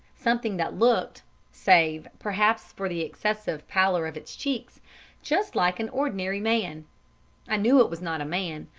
something that looked save, perhaps, for the excessive pallor of its cheeks just like an ordinary man. i knew it was not a man,